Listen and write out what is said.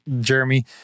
Jeremy